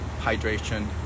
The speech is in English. hydration